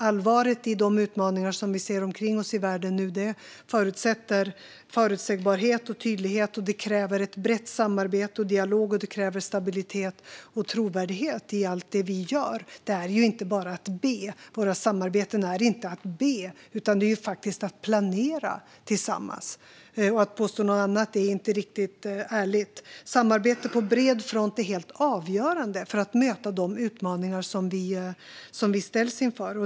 Allvaret i de utmaningar vi ser omkring oss i världen nu förutsätter förutsägbarhet och tydlighet. Det kräver ett brett samarbete och dialog, och det kräver stabilitet och trovärdighet i allt det vi gör. Det är ju inte bara att be. Våra samarbeten handlar inte om att be utan faktiskt om att planera tillsammans. Att påstå något annat är inte riktigt ärligt. Samarbete på bred front är helt avgörande för att möta de utmaningar som vi ställs inför.